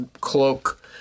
cloak